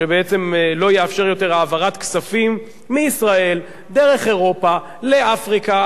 שבעצם לא יאפשר יותר העברת כספים מישראל דרך אירופה לאפריקה.